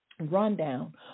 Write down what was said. rundown